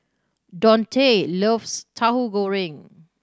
Dontae loves Tauhu Goreng